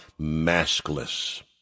maskless